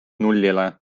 nullile